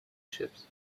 ships